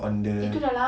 on the